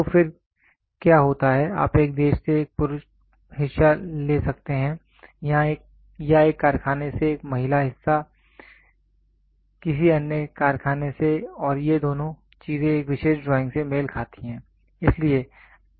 तो फिर क्या होता है आप एक देश से एक पुरुष हिस्सा ले सकते हैं या एक कारखाने से एक महिला हिस्सा किसी अन्य कारखाने से और ये दोनों चीजें एक विशेष ड्राइंग से मेल खाती हैं